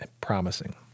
promising